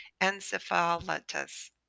encephalitis